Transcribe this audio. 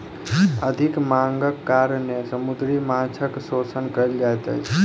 अधिक मांगक कारणेँ समुद्री माँछक शोषण कयल जाइत अछि